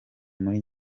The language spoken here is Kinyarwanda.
muri